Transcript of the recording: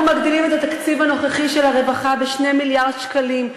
אנחנו מגדילים את התקציב הנוכחי של הרווחה ב-2 מיליארד שקלים,